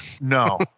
No